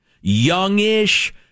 youngish